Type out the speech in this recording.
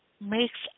makes